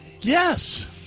Yes